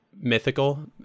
mythical